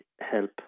help